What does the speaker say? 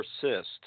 persist